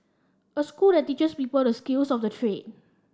a school that teaches people the skills of the trade